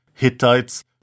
Hittites